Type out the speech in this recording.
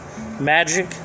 magic